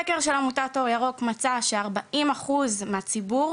סקר של עמותת אור ירוק מצא ש-40% מהציבור